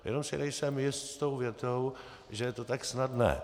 Jenom si nejsem jist tou větou, že je to tak snadné.